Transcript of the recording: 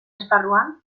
esparruan